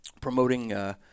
promoting